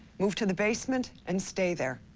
move to the baseme and and stay there.